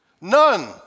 None